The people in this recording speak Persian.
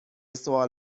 سوال